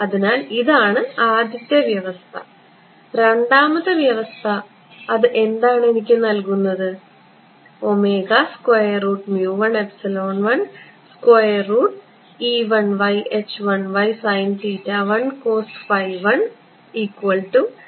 അതിനാൽ ഇതാണ് ആദ്യത്തെ വ്യവസ്ഥരണ്ടാമത്തെ അവസ്ഥ എനിക്ക് എന്താണ് നൽകാൻ പോകുന്നത്